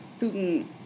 Putin